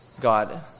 God